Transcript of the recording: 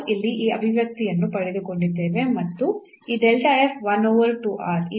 ನಾವು ಇಲ್ಲಿ ಈ ಅಭಿವ್ಯಕ್ತಿಯನ್ನು ಪಡೆದುಕೊಂಡಿದ್ದೇವೆ ಮತ್ತು ಈ 1 over 2 r